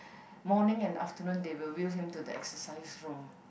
morning and afternoon they will wheel him to the exercise room